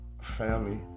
Family